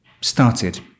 started